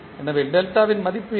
எனவே டெல்டாவின் மதிப்பு என்ன